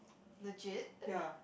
legit